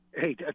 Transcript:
Hey